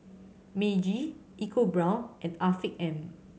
Meiji EcoBrown's and Afiq M